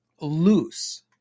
loose